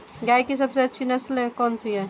गाय की सबसे अच्छी नस्ल कौनसी है?